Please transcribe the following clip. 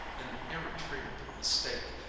an irretrievable mistake,